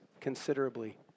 considerably